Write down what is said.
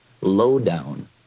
low-down